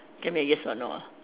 give me a yes or no ah